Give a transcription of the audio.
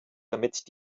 damit